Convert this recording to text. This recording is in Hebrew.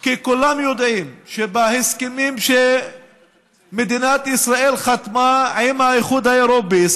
כי כולם יודעים שבהסכמים שמדינת ישראל חתמה עם האיחוד האירופי,